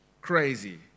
crazy